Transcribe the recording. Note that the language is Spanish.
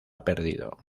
perdido